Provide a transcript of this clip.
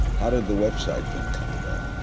how did the website thing come about?